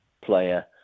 player